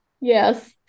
Yes